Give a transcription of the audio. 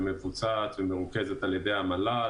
שמבוצעת ומרוכזת על-ידי המל"ל,